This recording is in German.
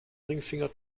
ringfinger